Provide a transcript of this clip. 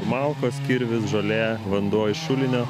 malkos kirvis žolė vanduo iš šulinio